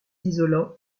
isolants